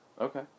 Okay